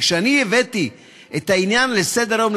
כי כשאני העליתי את העניין לסדר-היום,